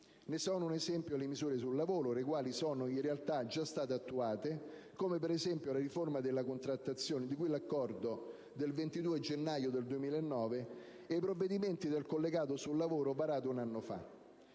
Ne sono un esempio le misure sul lavoro, le quali sono in realtà già state attuate, come per esempio la riforma della contrattazione di cui all'accordo del 22 gennaio 2009, o i provvedimenti del collegato sul lavoro varato un anno fa.